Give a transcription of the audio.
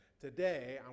today